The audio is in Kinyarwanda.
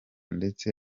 ndetse